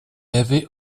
avait